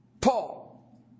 Paul